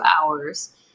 hours